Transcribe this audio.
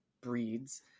breeds